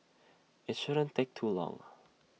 IT shouldn't take too long